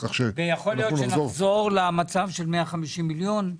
יכול להיות שנחזור למצב של 150 מיליון?